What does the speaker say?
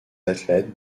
athlètes